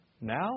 now